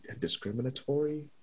discriminatory